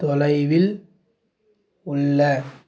தொலைவில் உள்ள